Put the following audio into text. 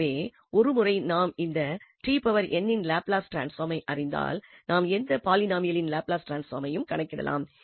எனவே ஒரு முறை நாம் இந்த இன் லாப்லஸ் டிரான்ஸ்பாமை அறிந்தால் நாம் எந்த பாலினோமியலின் லாப்லஸ் டிரான்ஸ்பாமையும் கணக்கிடலாம்